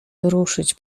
ruszyć